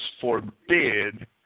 forbid